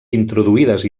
introduïdes